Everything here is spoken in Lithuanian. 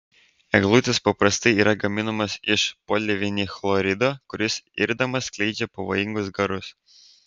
eglutės paprastai yra gaminamos iš polivinilchlorido kuris irdamas skleidžia pavojingus garus